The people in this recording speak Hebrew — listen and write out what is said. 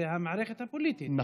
זו המערכת הפוליטית,